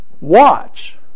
watch